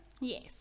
Yes